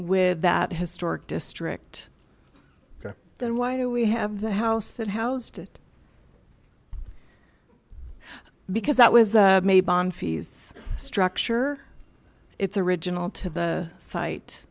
with that historic district then why do we have the house that housed it because that was made on fees structure it's original to the site